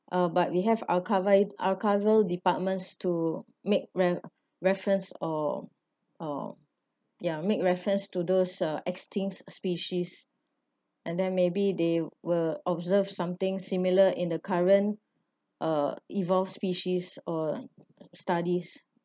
uh but we have archivi~ archival departments to make re~ reference or or ya make reference to those uh extinct species and then maybe they were observe something similar in the current uh evolve species or studies